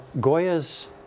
Goya's